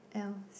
else